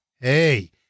hey